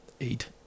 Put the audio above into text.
eight